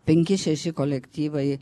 penki šeši kolektyvai